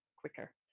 quicker